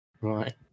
Right